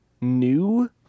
new